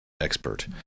expert